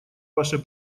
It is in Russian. ваше